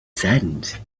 saddened